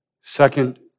Second